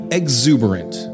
exuberant